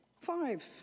Five